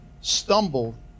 stumbled